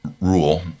rule